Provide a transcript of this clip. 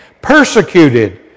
Persecuted